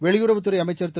வெளியுறவுத்துறை அமைச்சர் திரு